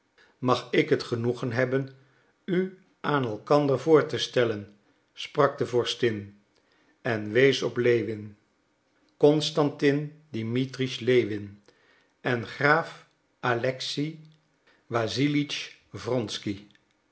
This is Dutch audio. mag ik het genoegen hebben u aan elkander voor te stellen sprak de vorstin en wees op lewin constantin dimitritsch lewin en graaf alexei wassilitsch